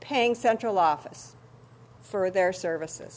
paying central office for their services